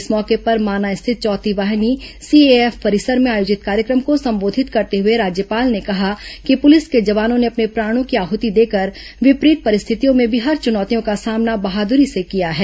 इस मौके पर माना स्थित चौथी वाहिनी सीएएफ परिसर में आयोजित कार्यक्रम को संबोधित करते हुए राज्यपाल ने कहा कि पुलिस के जवानों ने अपने प्राणों की आहृति देकर विपरीत परिस्थितियों में भी हर चुनौतियों का सामना बहादुरी से ॅकिया है